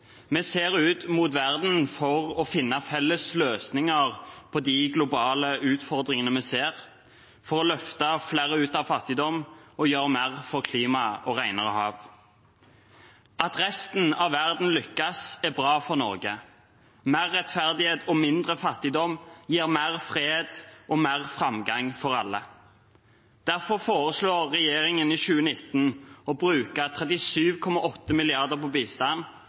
Vi ser ut mot verden for å finne felles løsninger på de globale utfordringene vi ser, for å løfte flere ut av fattigdom og for å gjøre mer for klima og renere hav. At resten av verden lykkes, er bra for Norge – mer rettferdighet og mindre fattigdom gir mer fred og mer framgang for alle. Derfor foreslår regjeringen i 2019 å bruke 37,8 mrd. kr på bistand,